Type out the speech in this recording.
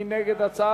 מי נגד?